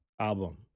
album